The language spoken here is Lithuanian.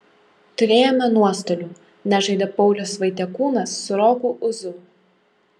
turėjome nuostolių nežaidė paulius vaitiekūnas su roku ūzu